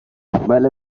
بله